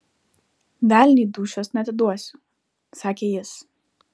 velniui dūšios neatiduosiu sakė jis